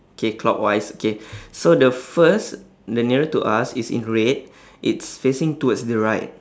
okay clockwise okay so the first the nearer to us it's in red it's facing towards the right